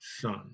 son